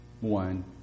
one